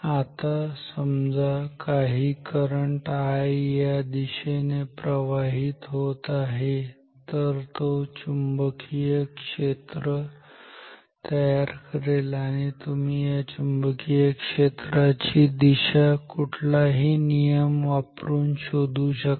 आता समजा काही करंट I या दिशेने प्रवाहित होत आहे तर तो काही चुंबकीय क्षेत्र तयार करेल आणि तुम्ही या चुंबकीय क्षेत्राची दिशा कुठलाही नियम वापरून शोधू शकता